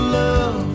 love